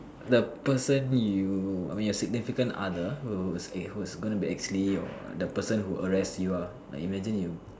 the person you I mean your significant other who is a who is going to be actually your the person who arrest you ah like imagine you